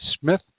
Smith